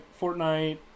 Fortnite